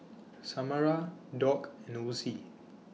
Samara Doug and Osie